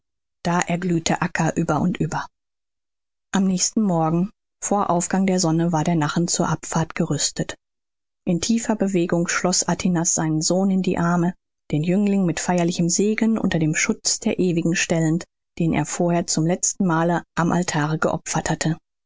da erglühte acca über und über am nächsten morgen vor aufgang der sonne war der nachen zur abfahrt gerüstet in tiefer bewegung schloß atinas seinen sohn in die arme den jüngling mit feierlichem segen unter den schutz der ewigen stellend denen er vorher zum letzten male am altare geopfert hatte